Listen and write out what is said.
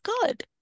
good